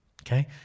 okay